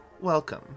Welcome